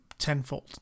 tenfold